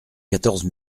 quatorze